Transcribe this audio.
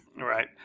Right